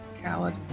Coward